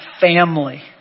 family